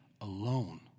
alone